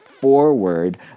forward